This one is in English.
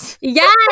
yes